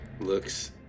looks